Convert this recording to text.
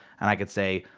and i could say,